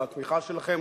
על התמיכה שלכם,